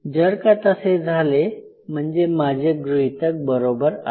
जर का तसे झाले म्हणजे माझे गृहीतक हे बरोबर आहे